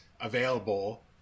available